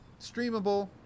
streamable